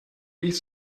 ich